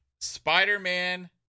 Spider-Man